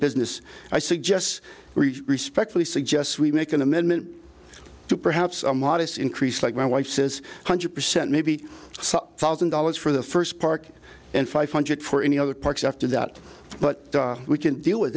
business i suggest we respectfully suggest we make an amendment to perhaps a modest increase like my wife says hundred percent maybe some thousand dollars for the first park and five hundred for any other parks after that but we can deal with